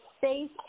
safe